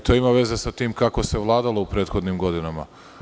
To ima veze sa tim kako se vladalo u prethodnim godinama.